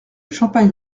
champagne